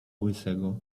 łysego